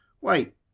Wait